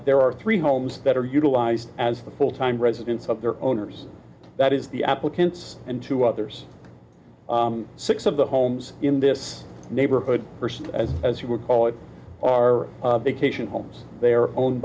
there are three homes that are utilized as the full time residents of their owners that is the applicants and to others six of the homes in this neighborhood first as as you would call it are big cation homes they are owned